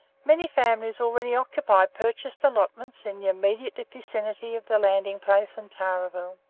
many families already occupy purchased allotments in the immediate vicinity of the landing place and tarra ville.